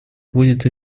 будет